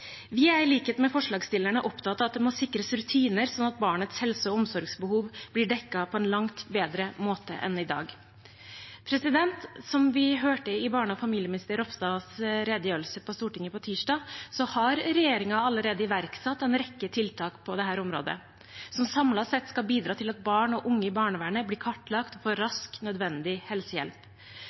Vi er i likhet med forslagsstillerne opptatt av at det må sikres rutiner, sånn at barnets helse- og omsorgsbehov blir dekket på en langt bedre måte enn i dag. Som vi hørte i barne- og familieminister Ropstads redegjørelse for Stortinget på tirsdag, har regjeringen allerede iverksatt en rekke tiltak på dette området, som samlet sett skal bidra til at barn og unge i barnevernet blir kartlagt for rask, nødvendig helsehjelp.